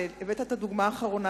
הבאת את הדוגמה האחרונה,